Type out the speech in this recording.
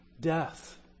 death